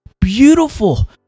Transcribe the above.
Beautiful